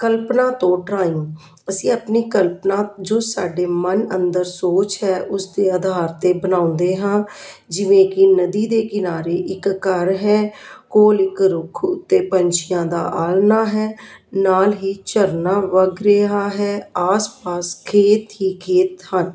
ਕਲਪਨਾ ਤੋਂ ਡਰਾਇੰਗ ਅਸੀਂ ਆਪਣੀ ਕਲਪਨਾ ਜੋ ਸਾਡੇ ਮਨ ਅੰਦਰ ਸੋਚ ਹੈ ਉਸ ਦੇ ਆਧਾਰ 'ਤੇ ਬਣਾਉਂਦੇ ਹਾਂ ਜਿਵੇਂ ਕਿ ਨਦੀ ਦੇ ਕਿਨਾਰੇ ਇੱਕ ਘਰ ਹੈ ਕੋਲ ਇੱਕ ਰੁੱਖ 'ਤੇ ਪੰਛੀਆਂ ਦਾ ਆਲਣਾ ਹੈ ਨਾਲ ਹੀ ਝਰਨਾ ਵਗ ਰਿਹਾ ਹੈ ਆਸ ਪਾਸ ਖੇਤ ਹੀ ਖੇਤ ਹਨ